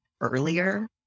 earlier